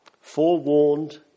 forewarned